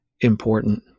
important